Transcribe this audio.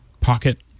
Pocket